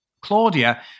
Claudia